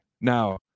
now